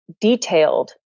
detailed